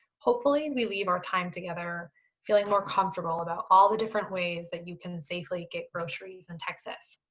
hopefully and we leave our time together feeling more comfortable about all the different ways that you can safely get groceries in texas.